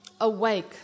Awake